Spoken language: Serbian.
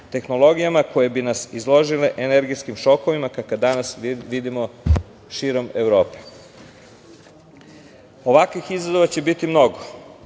tehnologijama koje bi nas izložile energetskim šokovima kakve danas vidimo širom Evrope. Ovakvih izazova će biti mnogo,